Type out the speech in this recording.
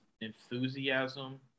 enthusiasm